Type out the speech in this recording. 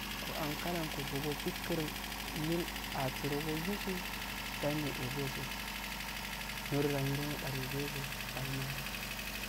Ko ankara kokogo fikkur nil asurogo jusu danyo eboso nyiroda inyiro nodarboyego bahe maye.